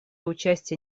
участия